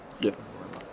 Yes